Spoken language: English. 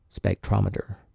spectrometer